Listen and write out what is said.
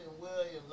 Williams